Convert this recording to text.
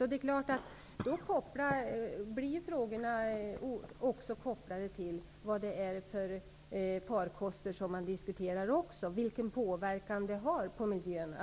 Det är då klart att frågorna blir kopplade även till vilka farkoster som diskuteras och till hur miljön